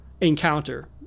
encounter